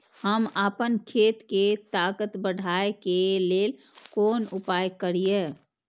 हम आपन खेत के ताकत बढ़ाय के लेल कोन उपाय करिए?